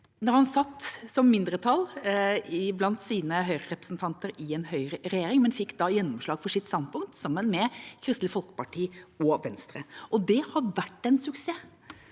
Han satt i et mindretall blant sine høyrerepresentanter i en høyreregjering, men fikk gjennomslag for sitt standpunkt sammen med Kristelig Folkeparti og Venstre. Det har vært en suksess.